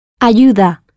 Ayuda